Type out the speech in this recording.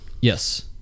Yes